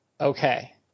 okay